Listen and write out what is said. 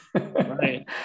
right